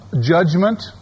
judgment